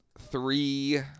three